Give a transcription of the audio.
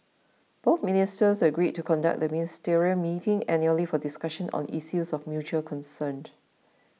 both ministers agreed to conduct the ministerial meeting annually for discussions on issues of mutual concern